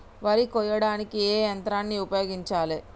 వరి కొయ్యడానికి ఏ యంత్రాన్ని ఉపయోగించాలే?